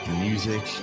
music